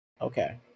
Okay